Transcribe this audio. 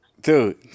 Dude